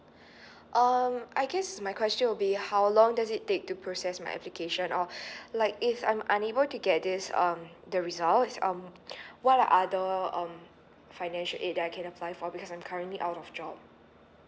um I guess my question would be how long does it take to process my application or like if I'm unable to get this um the results um what are other um financial aid I can apply for because I'm currently out of job